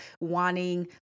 wanting